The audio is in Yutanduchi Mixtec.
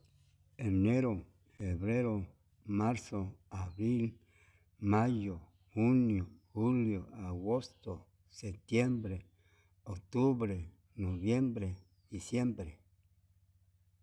Enero, febrero, marzo, abril, mayo, junio, julio, agosto, septiembre, octubre, noviembre, diciembre.